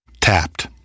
Tapped